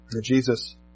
Jesus